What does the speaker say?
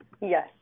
Yes